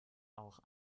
auch